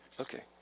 Okay